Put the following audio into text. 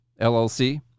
LLC